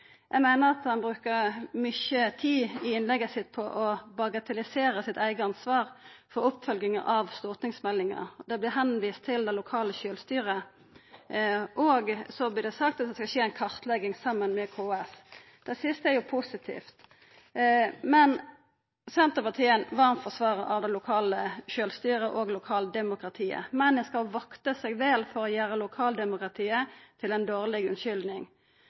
Eg meiner at han brukte mykje tid i innlegget sitt på å bagatellisera eige ansvar for oppfølging av stortingsmeldinga. Det vert vist til det lokale sjølvstyret, og så vert det sagt at det skal skje ei kartlegging saman med KS. Det siste er jo positivt. Senterpartiet er ein varm forsvarar av det lokale sjølvstyret og lokaldemokratiet, men ein skal vakta seg vel for å gjera lokaldemokratiet til ei dårleg unnskyldning.